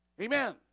Amen